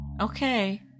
okay